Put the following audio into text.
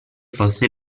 fosse